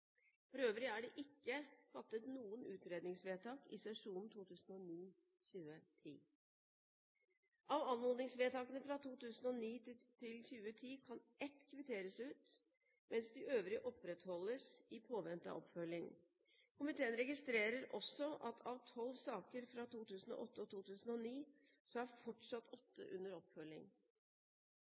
For øvrig er det ikke fattet noen utredningsvedtak i sesjonen 2009–2010. Av anmodningsvedtakene fra 2009–2010 kan ett kvitteres ut, mens de øvrige opprettholdes i påvente av oppfølging. Komiteen registrerer også at av tolv saker fra 2008 og 2009 er fortsatt åtte under oppfølging.